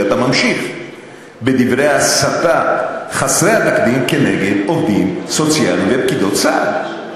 ואתה ממשיך בדברי ההסתה חסרי התקדים נגד עובדים סוציאליים ופקידות סעד.